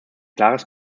klares